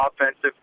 offensive